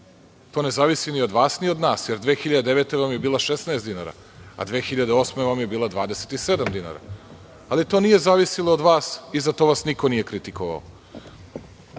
To ne zavisi ni od vas ni od nas, jer 2009. godine vam je bila 16 dinara, a 2008. vam je bila 27 dinara. Ali to nije zavisilo od vas i za to vas nije niko kritikovao. Govorite